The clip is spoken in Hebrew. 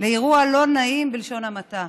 לאירוע לא נעים, בלשון המעטה.